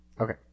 Okay